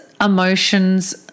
emotions